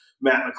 Matt